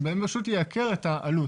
זה פשוט ייקר את העלות.